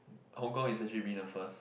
Hong Kong is actually been the first